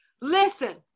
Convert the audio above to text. Listen